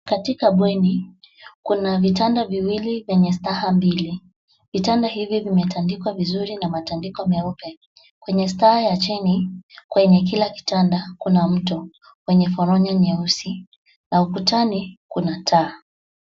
Katika bweni, kuna vitanda viwili vyenye staha mbili. Vitanda hivi vimetandikwa vizuri na matandiko meupe. Kwenye staa ya chini, kwenye kila kitanda kuna mto wenye foronya nyeusi na ukutani kuna taa.